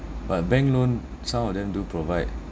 but bank loan some of them do provide